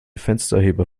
fensterheber